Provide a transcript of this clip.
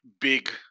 big